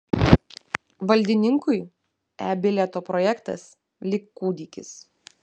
valdininkui e bilieto projektas lyg kūdikis